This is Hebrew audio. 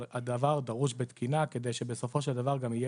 אבל הדבר דרוש בתקינה כדי שבסופו של דבר גם יהיה